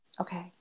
okay